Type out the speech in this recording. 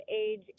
age